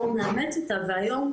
והיום,